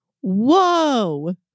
Whoa